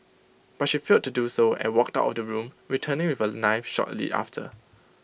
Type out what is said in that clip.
but she failed to do so and walked out of the room returning with A knife shortly after